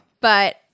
But-